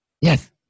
Yes